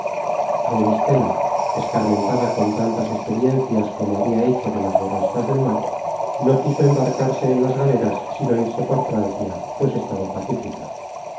auristela escarmentada con tantas experiencias como habia hecho de las borrascas del mar no quiso embarcarse en las galeras sino irse por francia pues estaba pacífica